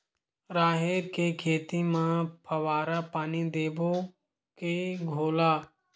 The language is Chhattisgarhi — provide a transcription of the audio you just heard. राहेर के खेती म फवारा पानी देबो के घोला?